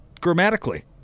grammatically